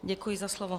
Děkuji za slovo.